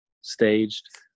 staged